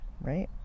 right